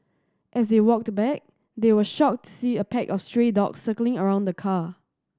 as they walked back they were shocked to see a pack of stray dogs circling around the car